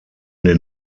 den